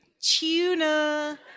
tuna